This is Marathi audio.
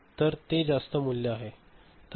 तर ते जास्त मूल्य आहे